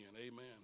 Amen